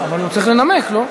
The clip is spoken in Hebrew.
אבל הוא צריך לנמק, לא?